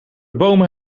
bomen